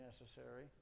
necessary